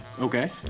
Okay